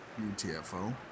UTFO